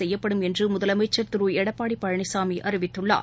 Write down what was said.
செய்யப்படும் என்று முதலமைச்சள் திரு எடப்பாடி பழனிசாமி அறிவித்துள்ளார்